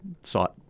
sought